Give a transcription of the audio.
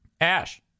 Ash